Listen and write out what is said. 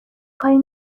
کاری